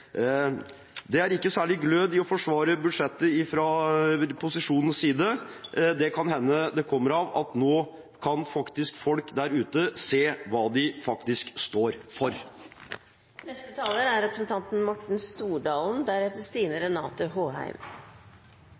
Det er ikke særlig glød i å forsvare budsjettet fra posisjonens side. Det kan hende det kommer av at nå kan folk der ute se hva de faktisk står